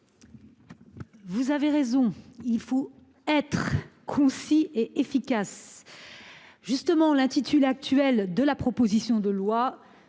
collègue : il faut être concis et efficace. Justement, l'intitulé actuel de la proposition de loi